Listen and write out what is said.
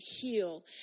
heal